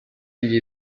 gli